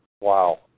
Wow